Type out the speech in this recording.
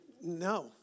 no